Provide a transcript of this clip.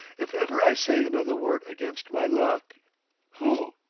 if ever i say another word against my luck who,